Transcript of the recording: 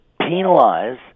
penalize